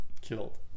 killed